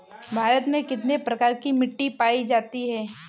भारत में कितने प्रकार की मिट्टी पाई जाती है?